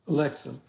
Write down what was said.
Alexa